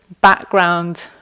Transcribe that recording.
background